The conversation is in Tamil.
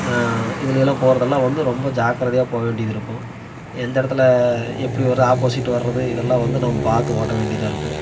இதில் எல்லாம் போகிறதெல்லாம் வந்து ரொம்ப ஜாக்கிரதையாக போக வேண்டியது இருக்கும் எந்த இடத்துல எப்படி ஒரு ஆப்போசிட் வர்றது இதெல்லாம் வந்து நம்ம பார்த்து ஓட்ட வேண்டியதாக இருக்கும்